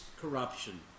corruption